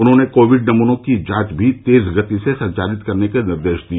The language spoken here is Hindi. उन्हॉने कोविड नमूनों की जांच भी तेज गति से संचालित करने के निर्देश दिए